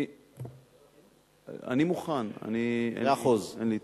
אני מוכן, אין לי התנגדות.